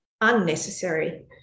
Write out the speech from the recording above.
unnecessary